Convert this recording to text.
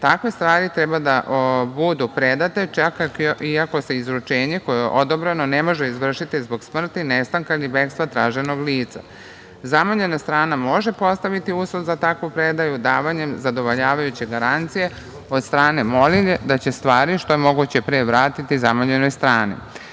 Takve stvari treba da budu predate, čak i ako se izručenje koje je odobreno ne može izvršiti zbog smrti, nestanka ili bekstva traženog lica. Zamoljena strana može postaviti uslov za takvu predaju davanjem zadovoljavajuće garancije od strane molilje da će stvari što je moguće pre vratiti zamoljenoj